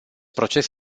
proces